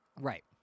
Right